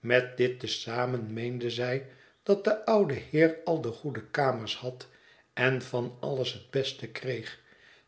met dit te zamen meende zij dat de oude heer al de goede kamers had en van alles het beste kreeg